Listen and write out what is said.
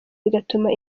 bigatuma